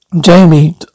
Jamie